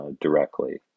directly